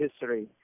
history